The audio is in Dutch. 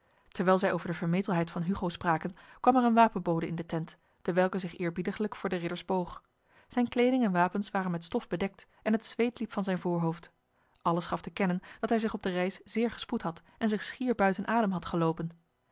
terwijl zij over de vermetelheid van hugo spraken kwam er een wapenbode in de tent dewelke zich eerbiediglijk voor de ridders boog zijn kleding en wapens waren met stof bedekt en het zweet liep van zijn voorhoofd alles gaf te kennen dat hij zich op de reis zeer gespoed had en zich schier buiten adem had gelopen